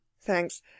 Thanks